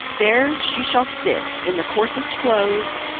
there she shall sit, in the coarsest clothes,